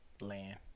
Land